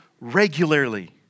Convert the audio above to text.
regularly